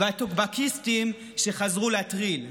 טוקבקיסטים שחזרו להטריל.